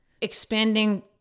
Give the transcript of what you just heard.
expanding